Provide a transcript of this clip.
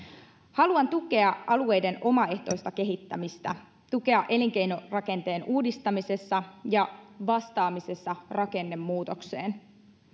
haluan tukea alueiden omaehtoista kehittämistä elinkeinorakenteen uudistamisessa ja vastaamisessa rakennemuutokseen